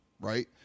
Right